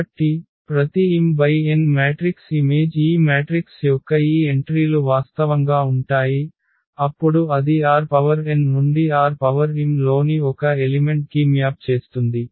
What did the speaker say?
కాబట్టి ప్రతి m × n matrix images ఈ మ్యాట్రిక్స్ యొక్క ఈ ఎంట్రీలు వాస్తవంగా ఉంటాయి అప్పుడు అది Rn నుండి Rm లోని ఒక ఎలిమెంట్ కి మ్యాప్ చేస్తుంది